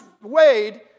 Wade